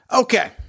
Okay